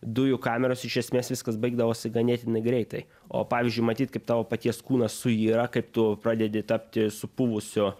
dujų kameros iš esmės viskas baigdavosi ganėtinai greitai o pavyzdžiui matyt kaip tavo paties kūnas suyra kaip tu pradedi tapti supuvusiu